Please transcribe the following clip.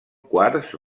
quars